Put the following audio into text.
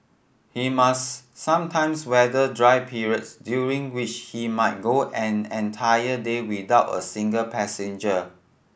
he must sometimes weather dry periods during which he might go an entire day without a single passenger